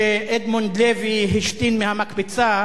שאדמונד לוי השתין מהמקפצה,